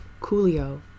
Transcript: Coolio